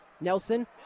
Nelson